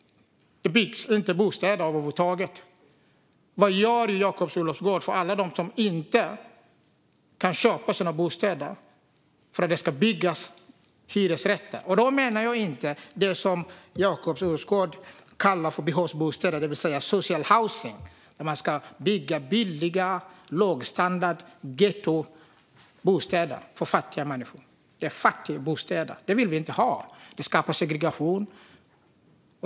Det byggs inte bostäder över huvud taget. Vad gör Jakob Olofsgård för dem som inte kan köpa sina bostäder och för att det ska byggas hyresrätter? Då menar jag inte det som Jakob Olofsgård kallar för behovsbostäder, det vill säga social housing. Där ska man bygga billiga gettobostäder med låg standard för fattiga människor. Det är fattigbostäder. Det vill vi inte ha. Det skapar segregation.